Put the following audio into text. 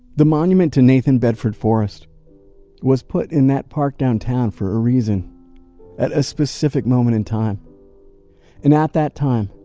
the monument to nathan bedford forrest was put in that park downtown for a reason at a specific moment in time and at that time,